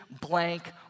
blank